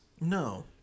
No